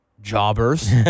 jobbers